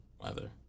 weather